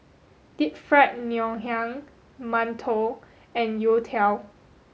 deep fried ngoh hiang mantou and youtiao